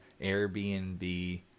Airbnb